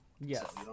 Yes